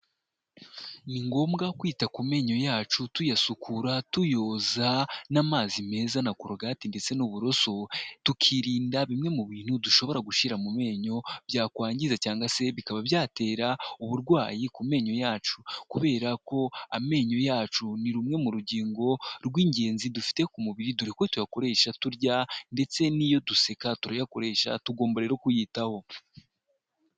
Ni ngombwa kwita ku menyo yacu tuyasukura tuyoza n'amazi meza na korogati ndetse n'uburoso, tukirinda bimwe mu bintu dushobora gushyira mu menyo byakwangiza cyangwa se bikaba byatera uburwayi ku menyo yacu kubera ko amenyo yacu ni rumwe mu rugingo rw'ingenzi dufite ku mubiri, dore ko tuyakoresha turya ndetse n'iyo duseka turayakoresha, tugomba rero kuyitaho.